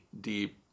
deep